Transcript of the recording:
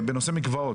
בנושא מקוואות,